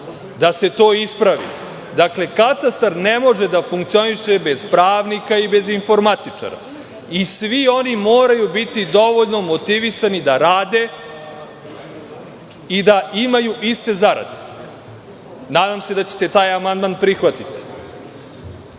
da se to ispravi. Dakle, katastar ne može da funkcioniše bez pravnika i bez informatičara i svi oni moraju biti dovoljno motivisani da rade i da imaju iste zarade. Nadam se da ćete taj amandman prihvatiti. Predvideli